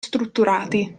strutturati